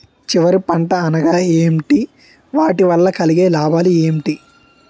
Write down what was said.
చివరి పంట అనగా ఏంటి వాటి వల్ల కలిగే లాభాలు ఏంటి